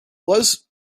was